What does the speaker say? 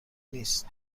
نیست